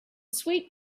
sweet